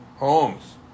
homes